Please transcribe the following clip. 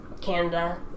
Canada